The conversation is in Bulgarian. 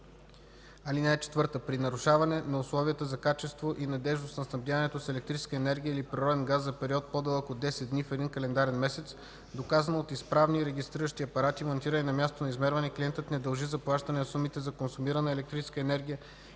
оспорването. (4) При нарушаване на условията за качество и надеждност на снабдяването с електрическа енергия или природен газ за период по-дълъг от 10 дни в един календарен месец, доказано от изправни регистриращи апарати, монтирани на мястото на измерване, клиентът не дължи заплащане на сумите за консумирана електрическа енергия